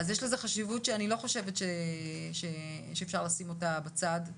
יש לזה חשיבות ואני לא חושבת שאפשר לשים אותה בצד.